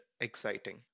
exciting